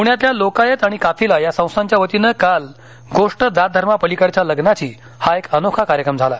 पूण्यातल्या लोकायत आणि काफिला या संस्थाच्यावतीनं काल गोष्ट जात धर्मा पलीकडच्या लग्नाची हा एक अनोखा कार्यक्रम झाला